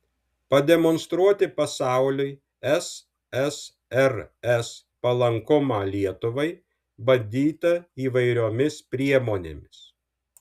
pademonstruoti pasauliui ssrs palankumą lietuvai bandyta įvairiomis priemonėmis